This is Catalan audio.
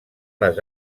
les